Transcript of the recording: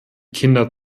kinder